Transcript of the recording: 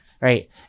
right